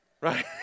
right